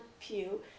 pew